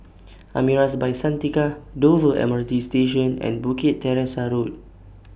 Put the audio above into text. Amaris By Santika Dover M R T Station and Bukit Teresa Road